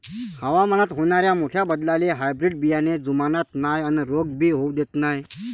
हवामानात होनाऱ्या मोठ्या बदलाले हायब्रीड बियाने जुमानत नाय अन रोग भी होऊ देत नाय